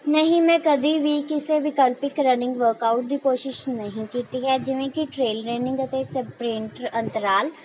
ਨਹੀਂ ਮੈਂ ਕਦੀ ਵੀ ਕਿਸੇ ਵਿਕਲਪਿਕ ਰਨਿੰਗ ਵਰਕਆਊਟ ਦੀ ਕੋਸ਼ਿਸ਼ ਨਹੀਂ ਕੀਤੀ ਹੈ ਜਿਵੇਂ ਕਿ ਟਰੇਲ ਰੇਨਿੰਗ ਅਤੇ ਸਪਰਿੰਟ ਅੰਤਰਾਲ